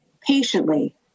patiently